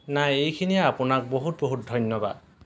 নাই এইখিনিয়েই আপোনাক বহুত বহুত ধন্যবাদ